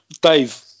Dave